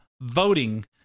voting